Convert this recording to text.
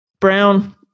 brown